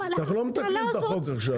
אנחנו לא מתקנים את החוק עכשיו.